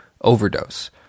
overdose